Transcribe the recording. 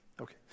okay